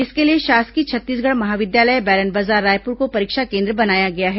इसके लिए शासकीय छत्तीसगढ़ महाविद्यालय बैरनबाजार रायपुर को परीक्षा केन्द्र बनाया गया है